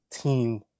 team